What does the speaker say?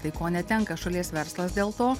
tai ko netenka šalies verslas dėl to